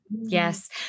Yes